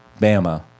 Bama